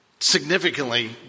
Significantly